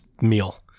meal